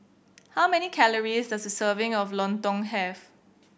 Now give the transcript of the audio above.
how many calories does a serving of Lontong have